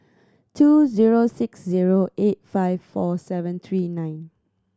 two zero six zero eight five four seven three nine